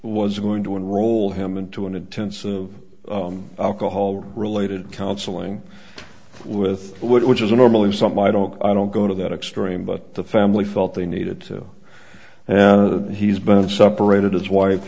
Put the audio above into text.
was going to enroll him into an intensive alcohol related counseling with wood which is normally something i don't i don't go to that extreme but the family felt they needed another he's been separated his wife